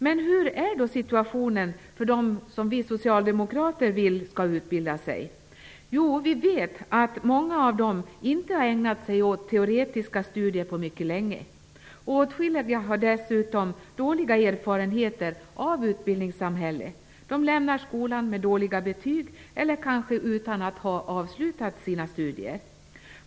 Men hur är då situationen för dem som vi socialdemokrater vill skall utbilda sig? Jo, vi vet att många av dem inte har ägnat sig åt teoretiska studier på mycket länge. Åtskilliga har dessutom dåliga erfarenheter av utbildningssamhället. De lämnar skolan med dåliga betyg eller kanske utan att ha avslutat sina studier.